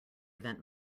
event